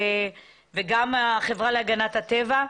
וגם החברה להגנת הטבע.